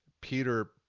Peter